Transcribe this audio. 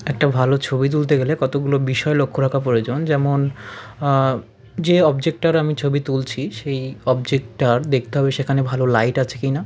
একটা ভালো ছবি তুলতে গেলে কতগুলো বিষয় লক্ষ্য রাখা প্রয়োজন যেমন যে অবজেক্টটার আমি ছবি তুলছি সেই অবজেক্টটা দেখতে হবে সেখানে ভালো লাইট আছে কিনা